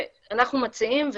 ואנחנו מציעים,